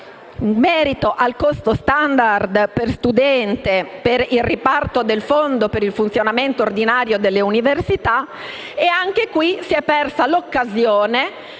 in merito al costo *standard* per studente per il riparto del Fondo per il funzionamento ordinario delle università e, anche qui, si è persa l'occasione